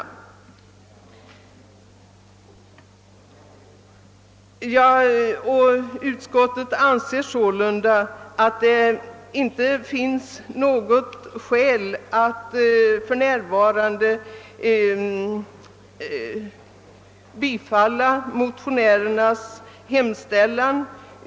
Utskottet anser sålunda att det inte finns något skäl att för närvarande bifalla motionärernas hemställan.